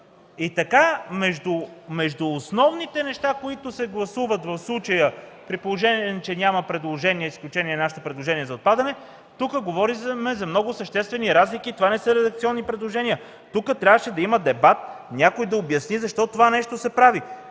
Така между основните неща, които се гласуват в случая, при положение че няма предложение, освен нашето предложение за отпадане, тук говорим за много съществени разлики. Това не са редакционни предложения. Тук трябваше да има дебат, някой да обясни защо се прави